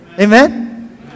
Amen